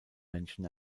menschen